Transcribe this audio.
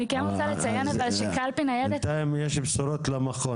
אני כן רוצה לציין בינתיים יש בשורות למכון,